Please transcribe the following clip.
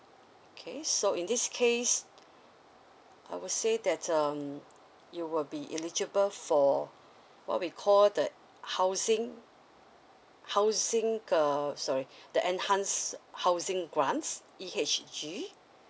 okay so in this case I would say that um you will be eligible for what we call the housing housing uh sorry the enhanced housing grants E_H_G